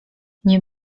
nie